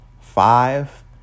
five